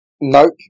Nope